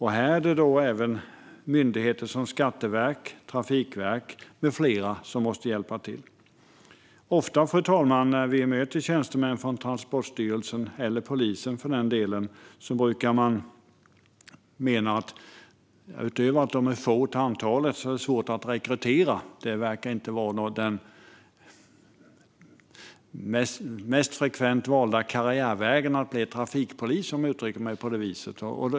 Här måste även myndigheter som Skatteverket, Trafikverket med flera hjälpa till. Ofta när vi möter tjänstemän från Transportstyrelsen eller polisen får vi höra att de menar att de inte bara är få till antalet utan att det också är svårt att rekrytera. Att bli trafikpolis är inte den mest frekvent valda karriärvägen, om jag uttrycker mig så.